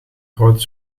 groot